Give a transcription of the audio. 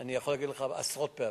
אני יכול להגיד לך שעשרות פעמים,